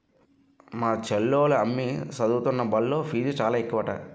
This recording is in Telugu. మా చెల్లోల అమ్మి సదువుతున్న బల్లో ఫీజు చాలా ఎక్కువట